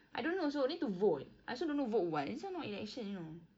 I don't know also need to vote I also don't know vote what this one not election you know